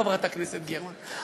חברת הכנסת גרמן,